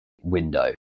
window